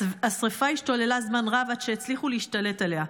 השרפה השתוללה זמן רב עד שהצליחו להשתלט עליה.